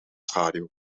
schaduw